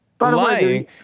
Lying